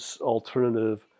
alternative